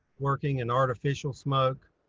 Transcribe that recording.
working in artificial smoke